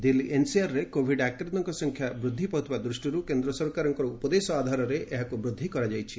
ଦିଲ୍ଲୀ ଏନ୍ସିଆର୍ରେ କୋଭିଡ୍ ଆକ୍ରାନ୍ତଙ୍କ ସଂଖ୍ୟା ବୃଦ୍ଧି ପାଉଥିବା ଦୃଷ୍ଟିରୁ କେନ୍ଦ୍ର ସରକାରଙ୍କର ଉପଦେଶ ଆଧାରରେ ଏହାକୁ ବୃଦ୍ଧି କରାଯାଇଛି